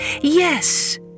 Yes